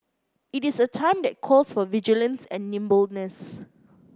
it is a time that calls for vigilance and nimbleness